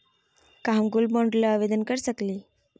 का हम gold bond ल आवेदन कर सकली?